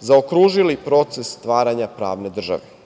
zaokružili proces stvaranja pravne države.